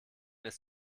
ist